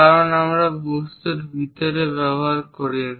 কারণ আমরা বস্তুর ভিতরে ব্যবহার করি না